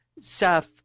Seth